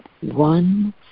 one